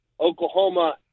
Oklahoma